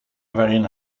waarin